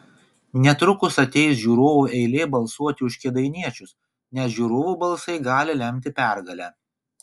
netrukus ateis žiūrovų eilė balsuoti už kėdainiečius nes žiūrovų balsai gali lemti pergalę